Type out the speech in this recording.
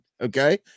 okay